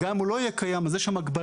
גם אם הוא לא יהיה קיים יש שם הגבלת